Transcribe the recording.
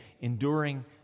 enduring